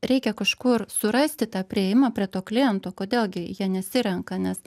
reikia kažkur surasti tą priėjimą prie to kliento kodėl gi jie nesirenka nes